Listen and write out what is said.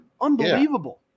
Unbelievable